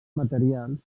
materials